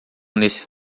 nesse